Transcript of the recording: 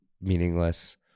meaningless